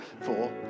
four